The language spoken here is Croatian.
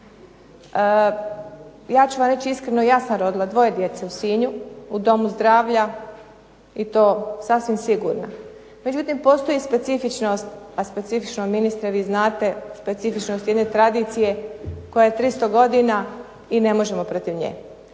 Ja ću vam reći iskreno, ja sam rodila dvoje djece u Sinju, u domu zdravlja i to sasvim sigurno. Međutim postoji specifičnost, a specifično ministre vi znate specifičnost jedne tradicije koja je 300 godina i ne možemo protiv nje.